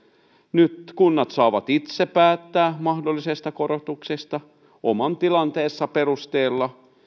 nyt kunnat saavat itse päättää mahdollisesta korotuksesta oman tilanteensa perusteella